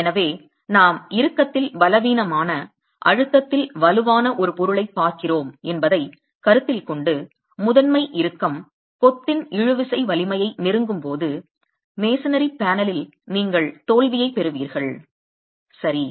எனவே நாம் இறுக்கத்தில் பலவீனமான அழுத்தத்தில் வலுவான ஒரு பொருளைப் பார்க்கிறோம் என்பதைக் கருத்தில் கொண்டு முதன்மை இறுக்கம் கொத்தின் இழுவிசை வலிமையை நெருங்கும்போது கொத்து பேனலில் நீங்கள் தோல்வியைப் பெறுவீர்கள் சரி